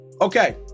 Okay